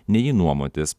nei jį nuomotis